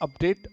update